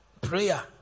Prayer